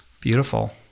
beautiful